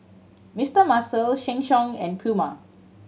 Mister Muscle Sheng Siong and Puma